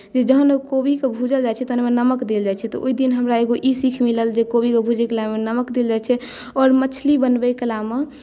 जे जखन ओ कोबीकेँ भूजल जाइत छै तखन ओहिमे नमक देल जाइत छै तऽ ओहि दिन हमरा एगो ई सीख मिलल जे कोबीकेँ भूजैत कालमे नमक देल जाइत छै आओर मछली बनबैत कालमे